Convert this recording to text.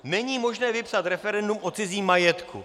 Není možné vypsat referendum o cizím majetku.